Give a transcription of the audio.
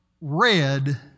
read